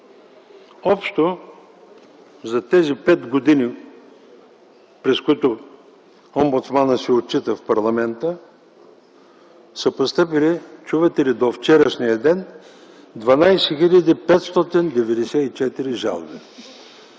Общо за петте години, за които омбудсманът се отчита в парламента, са постъпили - чувате ли – до вчерашния ден 12 хил. 594 жалби.